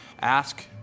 ask